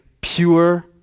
pure